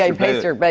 and poster, but